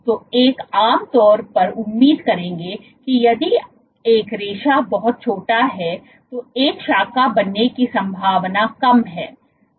तो एक आम तौर पर उम्मीद करेंगे कि यदि एक रेशा बहुत छोटा है तो एक शाखा बनने की संभावना कम है